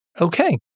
Okay